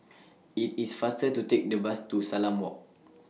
IT IS faster to Take The Bus to Salam Walk